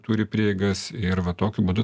turi prieigas ir va tokiu būdu